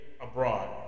abroad